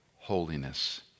Holiness